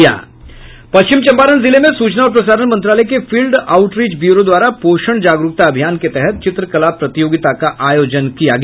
पश्चिम चंपारण जिले में सूचना और प्रसारण मंत्रालय के फील्ड आउटरीच ब्यूरो द्वारा पोषण जागरूकता अभियान के तहत चित्र कला प्रतियोगिता का आयोजन किया गया